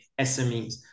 SMEs